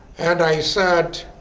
and i said,